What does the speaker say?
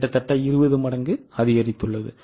கிட்டத்தட்ட 20 மடங்கு அதிகரித்துள்ளது